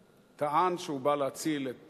וטען שהוא בא להציל את